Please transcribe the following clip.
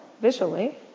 visually